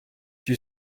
you